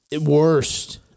Worst